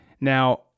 Now